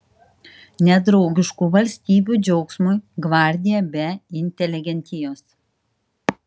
nedraugiškų valstybių džiaugsmui gvardija be inteligentijos